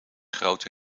grote